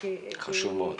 חשוב מאוד.